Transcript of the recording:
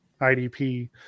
IDP